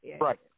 right